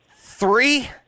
Three